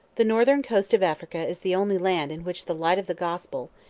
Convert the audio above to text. the northern coast of africa is the only land in which the light of the gospel,